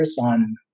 on